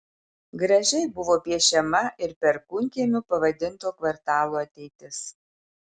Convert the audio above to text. gražiai buvo piešiama ir perkūnkiemiu pavadinto kvartalo ateitis